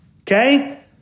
Okay